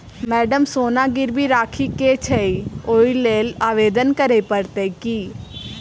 Madam सोना गिरबी राखि केँ छैय ओई लेल आवेदन करै परतै की?